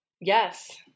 Yes